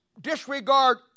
disregard